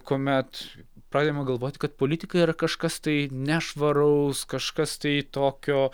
kuomet pradedama galvoti kad politikai yra kažkas tai nešvaraus kažkas tai tokio